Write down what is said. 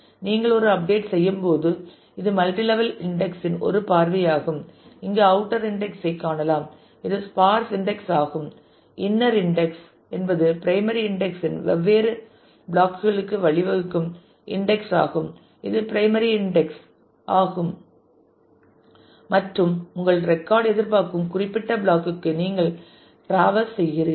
நீங்கள் ஒரு அப்டேட் செய்யும்போது இது மல்டி லெவல் இன்டெக்ஸ் இன் ஒரு பார்வையாகும் இங்கு அவுட்டர் இன்டெக்ஸ் ஐ காணலாம் இது ஸ்பார்ஸ் இன்டெக்ஸ் ஆகும் இன்னர் இன்டெக்ஸ் என்பது பிரைமரி இன்டெக்ஸ் இன் வெவ்வேறு பிளாக் களுக்கு வழிவகுக்கும் இன்டெக்ஸ் ஆகும் இது பிரைமரி இன்டெக்ஸ் ஆகும் மற்றும் உங்கள் ரெக்கார்ட் எதிர்பார்க்கும் குறிப்பிட்ட பிளாக் க்கு நீங்கள் டிராவெர்ஸ் செய்கிறீர்கள்